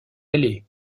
allez